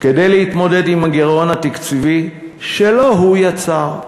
כדי להתמודד עם הגירעון התקציבי שלא הוא יצר.